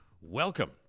Welcome